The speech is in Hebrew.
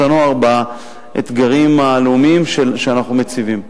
הנוער באתגרים הלאומיים שאנחנו מציבים.